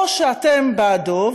או שאתם בעדו,